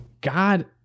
god